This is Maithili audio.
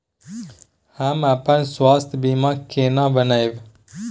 हम अपन स्वास्थ बीमा केना बनाबै?